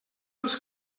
els